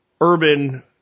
urban –